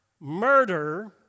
murder